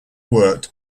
worked